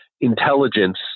intelligence